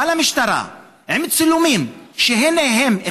בא למשטרה עם צילומים: הינה הם,